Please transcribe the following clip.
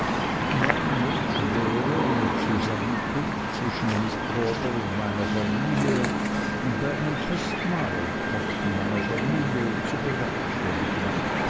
mein wunsch wäre eine zusammenkunft zwischen mr micawber und meiner familie bei einem festmahl auf kosten meiner familie zu bewerkstelligen